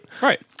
Right